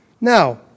Now